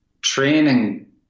Training